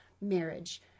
marriage